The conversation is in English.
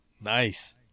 Nice